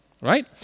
Right